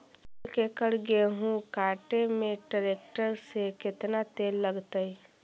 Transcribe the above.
एक एकड़ गेहूं काटे में टरेकटर से केतना तेल लगतइ?